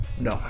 No